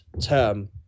term